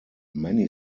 many